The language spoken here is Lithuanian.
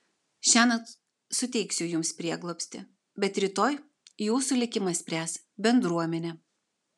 šiąnakt suteiksiu jums prieglobstį bet rytoj jūsų likimą spręs bendruomenė